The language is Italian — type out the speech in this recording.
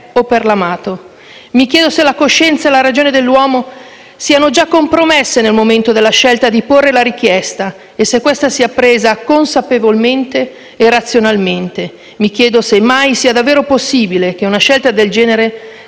o per l'amato. Mi chiedo se la coscienza e la ragione dell'uomo siano già compromesse nel momento della scelta di porre la richiesta e se questa sia presa consapevolmente e razionalmente. Mi chiedo se sia davvero possibile che una scelta del genere